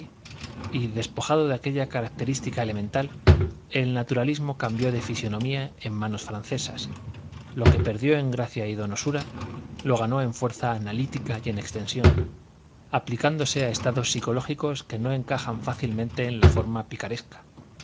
y despojado de aquella característica elemental el naturalismo cambió de fisonomía en manos francesas lo que perdió en gracia y donosura lo ganó en fuerza analítica y en extensión aplicándose a estados psicológicos que no encajan fácilmente en la forma picaresca